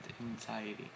anxiety